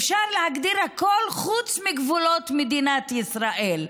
אפשר להגדיר הכול חוץ מגבולות מדינת ישראל.